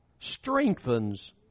strengthens